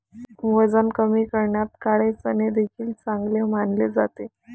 वजन कमी करण्यात काळे चणे देखील चांगले मानले जाते